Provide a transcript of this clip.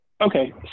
Okay